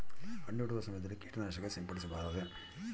ಹಣ್ಣು ಬಿಡುವ ಸಮಯದಲ್ಲಿ ಕೇಟನಾಶಕ ಸಿಂಪಡಿಸಬಾರದೆ?